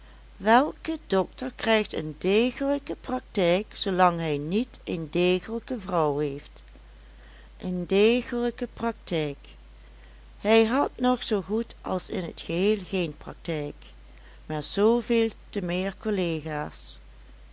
welk dokter krijgt een degelijke praktijk zoolang hij niet een degelijke vrouw heeft een degelijke praktijk hij had nog zoo goed als in het geheel geen praktijk maar zooveel temeer collega's